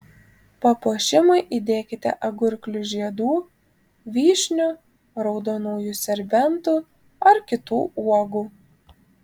papuošimui įdėkite agurklių žiedų vyšnių raudonųjų serbentų ar kitų uogų